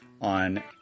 on